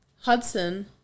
Hudson